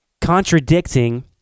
contradicting